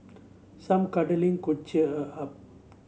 some cuddling could cheer her up